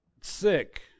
Sick